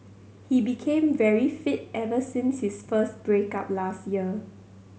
he became very fit ever since his first break up last year